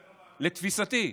לתפיסתי,